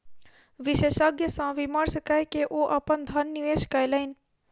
विशेषज्ञ सॅ विमर्श कय के ओ अपन धन निवेश कयलैन